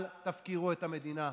אל תפקירו את המדינה.